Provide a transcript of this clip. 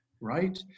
Right